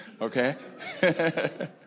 Okay